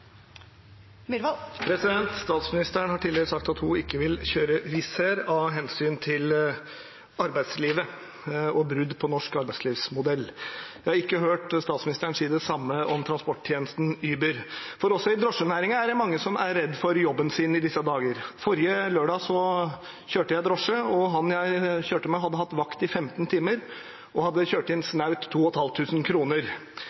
Statsministeren har tidligere sagt at hun ikke vil fly med Wizz Air av hensyn til arbeidslivet og brudd på norsk arbeidslivsmodell. Jeg har ikke hørt statsministeren si det samme om transporttjenesten Uber. For også i drosjenæringen er det mange som er redde for jobben sin i disse dager. Forrige lørdag kjørte jeg drosje. Han jeg kjørte med, hadde hatt vakt i 15 timer og hadde kjørt